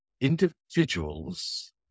individuals